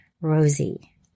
Rosie